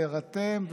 להירתם,